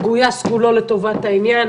הוא מגויס כולו לטובת העניין.